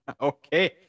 Okay